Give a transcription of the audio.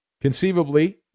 conceivably